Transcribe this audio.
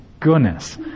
goodness